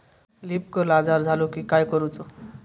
Leaf curl आजार झालो की काय करूच?